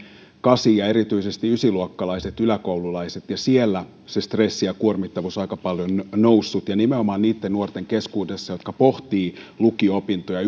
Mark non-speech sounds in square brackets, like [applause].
kasi ja erityisesti ysiluokkalaiset koululaiset siellä se stressi ja kuormittavuus on aika paljon noussut ja nimenomaan niitten nuorten keskuudessa jotka pohtivat lukio opintoja [unintelligible]